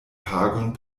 pagon